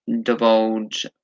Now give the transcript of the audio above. divulge